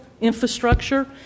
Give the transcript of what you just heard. infrastructure